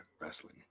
wrestling